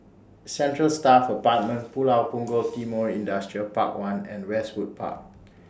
Central Staff Apartment Pulau Punggol Timor Industrial Park one and Westwood Walk